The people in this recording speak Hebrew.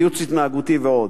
ייעוץ התנהגותי ועוד.